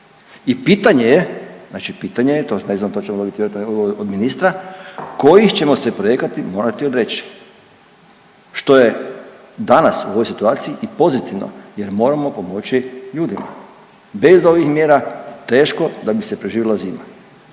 I pitanje je znači pitanje je ne znam to ćemo vjerojatno dobiti odgovor od ministra kojih ćemo se projekata morati odreći, što je danas u ovoj situaciji i pozitivno jer moramo pomoći ljudima. Bez ovih mjera teško da bi se preživjela zima,